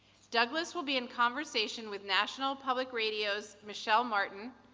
douglas will be in conversation with national public radio's michel martin,